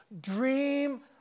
Dream